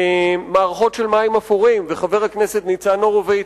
מערכות של מים אפורים, וחבר הכנסת ניצן הורוביץ,